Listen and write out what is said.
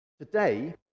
Today